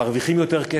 מרוויחים יותר כסף,